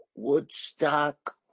Woodstock